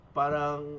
parang